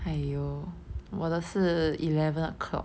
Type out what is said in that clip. !aiyo! 我的是 eleven o'clock